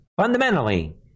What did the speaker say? fundamentally